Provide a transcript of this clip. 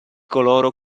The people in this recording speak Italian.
coloro